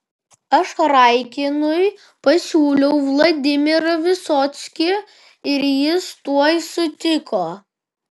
aš raikinui pasiūliau vladimirą visockį ir jis tuoj sutiko